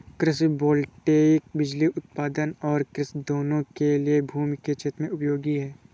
कृषि वोल्टेइक बिजली उत्पादन और कृषि दोनों के लिए भूमि के क्षेत्रों में उपयोगी है